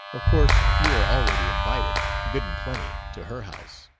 of course you are already invited, good and plenty, to her house.